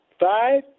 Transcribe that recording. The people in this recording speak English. five